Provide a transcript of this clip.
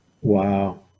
Wow